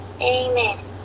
amen